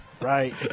Right